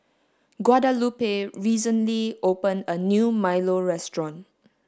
Guadalupe recently opened a new milo restaurant